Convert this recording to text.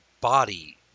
body